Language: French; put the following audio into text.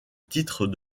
titre